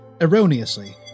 erroneously